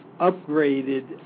upgraded